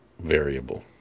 variable